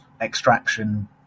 extraction